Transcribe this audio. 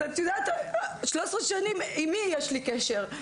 אז את יודעת, 13 שנים עם מי יש לי קשר?